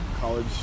college